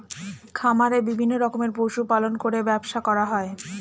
খামারে বিভিন্ন রকমের পশু পালন করে ব্যবসা করা হয়